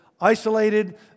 isolated